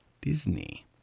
Disney